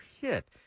hit